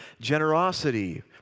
generosity